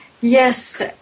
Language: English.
Yes